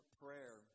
prayer